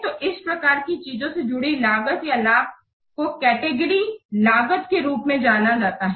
तो इस प्रकार की चीजों से जुड़ी लागत या लाभ को केटेगरी लागत के रूप में जाना जाता है